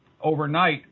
overnight